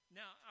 now